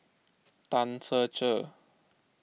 Tan Ser Cher